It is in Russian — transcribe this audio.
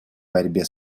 борьбе